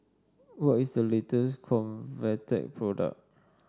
what is the latest Convatec product